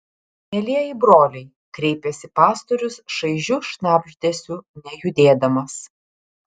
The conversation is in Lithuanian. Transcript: mielieji broliai kreipėsi pastorius šaižiu šnabždesiu nejudėdamas